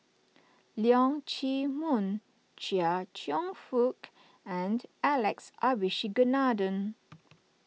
Leong Chee Mun Chia Cheong Fook and Alex Abisheganaden